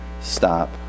stop